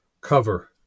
cover